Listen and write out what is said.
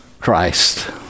Christ